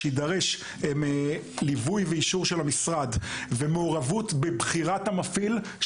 יידרש ליווי ואישור של המשרד ומעורבות בבחירת המפעיל.